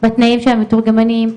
בתנאים של המתורגמנים.